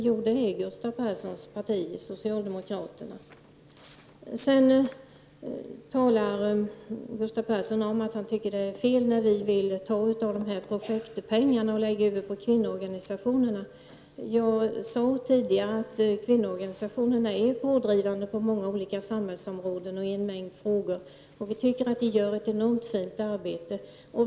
Jo, det är Gustav Perssons parti socialdemokraterna. Gustav Persson talade om att han tycker att det är fel när vi i centern vill ta av dessa projektpengar för att föra över dem till kvinnoorganisationerna. Jag sade tidigare att kvinnoorganisationerna är pådrivande på många olika samhällsområden och i en mängd frågor, och de gör ett mycket fint arbete.